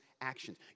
actions